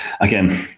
Again